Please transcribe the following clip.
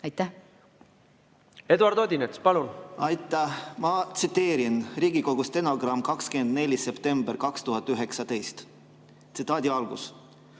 palun! Eduard Odinets, palun! Aitäh! Ma tsiteerin Riigikogu stenogrammi 24. septembrist 2019. Tsitaadi algus: